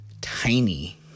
tiny